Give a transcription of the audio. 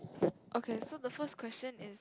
okay so the first question is